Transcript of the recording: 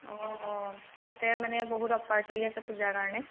অঁ তাতে মানে বহুত অফাৰ চলি আছে পূজাৰ কাৰণে